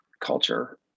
culture